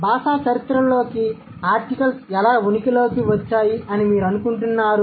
కాబట్టి భాషా చరిత్రలోకి ఆర్టికల్స్ ఎలా ఉనికిలోకి వచ్చాయి అని మీరు ఏమనుకుంటున్నారు